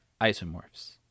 isomorphs